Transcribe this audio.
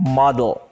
model